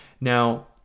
Now